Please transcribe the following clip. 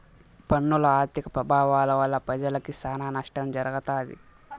పన్నుల ఆర్థిక పెభావాల వల్ల పెజలకి సానా నష్టం జరగతాది